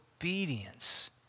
obedience